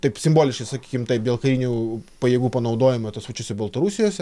taip simboliškai sakykim taip dėl kajinių pajėgų panaudojamo tos pačiose baltarusijose